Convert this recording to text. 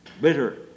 Bitter